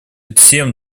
тем